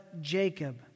Jacob